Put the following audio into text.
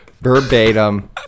verbatim